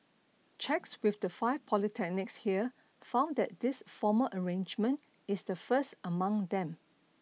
checks with the five polytechnics here found that this formal arrangement is the first among them